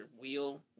wheel